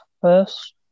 first